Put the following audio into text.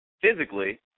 physically